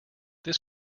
this